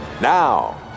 Now